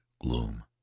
gloom